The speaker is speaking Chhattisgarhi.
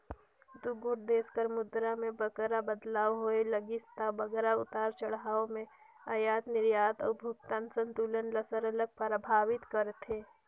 दुगोट देस कर मुद्रा में बगरा बदलाव होए लगिस ता बगरा उतार चढ़ाव में अयात निरयात अउ भुगतान संतुलन ल सरलग परभावित करथे